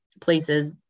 places